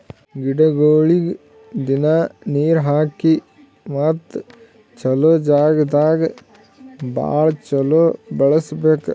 ಗಿಡಗೊಳಿಗ್ ದಿನ್ನಾ ನೀರ್ ಹಾಕಿ ಮತ್ತ ಚಲೋ ಜಾಗ್ ದಾಗ್ ಭಾಳ ಚಲೋ ಬೆಳಸಬೇಕು